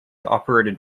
operated